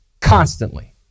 constantly